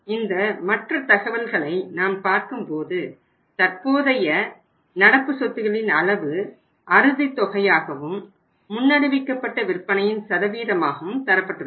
இந்த மற்ற தகவல்களை நாம் பார்க்கும்போது தற்போதைய நடத்த சொத்துகளின் அளவு அறுதி தொகையாகவும் முன்னறிவிக்கப்பட்ட விற்பனையின் சதவீதமாகவும் தரப்பட்டுள்ளது